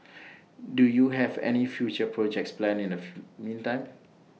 do you have any future projects planned in the meantime